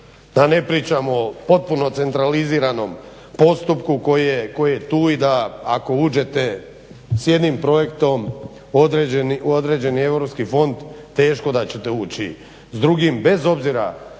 da ne pričamo o potpuno centraliziranom postupku koji je tu i da ako uđete s jednim projektom u određeni europski fond teško da ćete ući